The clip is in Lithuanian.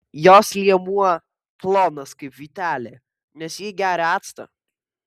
jos liemuo plonas kaip vytelė nes ji geria actą